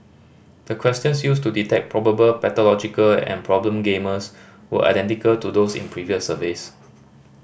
the questions used to detect probable pathological and problem gamblers were identical to those in previous surveys